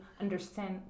understand